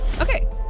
Okay